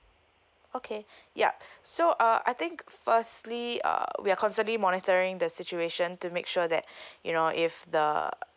okay yup so uh I think firstly uh we are constantly monitoring the situation to make sure that you know if the